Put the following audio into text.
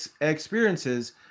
experiences